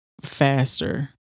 faster